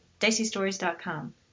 diceystories.com